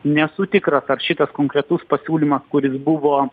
nesu tikras ar šitas konkretus pasiūlymas kuris buvo